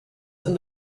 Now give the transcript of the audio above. and